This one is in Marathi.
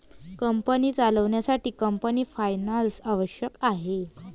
कंपनी चालवण्यासाठी कंपनी फायनान्स आवश्यक आहे